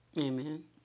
Amen